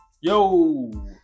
Yo